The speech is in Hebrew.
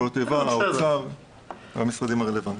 וכן האוצר והמשרדים הרלוונטיים.